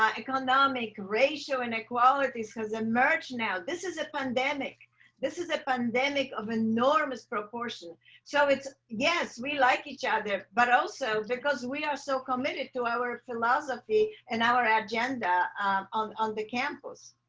ah economic racial inequalities has emerged. now this is a pandemic this is a pandemic of enormous proportion so it's yes, we like each other but also because we are so committed to our philosophy and our our agenda on on the campus.